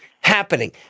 happening